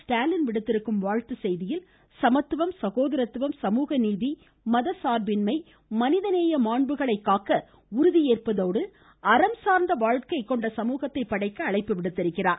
ஸ்டாலின் விடுத்திருக்கும் வாழ்த்து செய்தியில் சமத்துவம் சகோதரத்துவம் சமூகநீதி மத சார்பின்மை மனிதநேய மாண்புகளை காக்க உறுதியேற்பதோடு அறம் சார்ந்த வாழ்க்கை கொண்ட சமூகத்தை படைக்க அழைப்பு விடுத்திருக்கிறார்